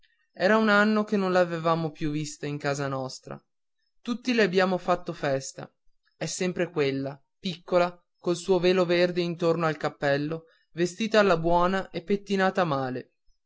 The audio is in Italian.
era un anno che non l'avevamo più vista in casa nostra tutti le abbiamo fatto festa è sempre quella piccola col suo velo verde intorno al cappello vestita alla buona e pettinata male